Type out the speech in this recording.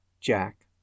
Jack